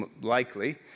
likely